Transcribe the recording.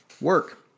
work